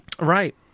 Right